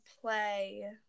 play